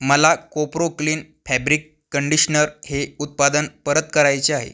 मला Copro clean fabric conditioner हे उत्पादन परत करायचे आहे